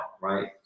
right